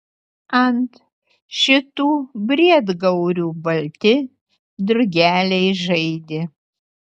ant šitų briedgaurių balti drugeliai žaidė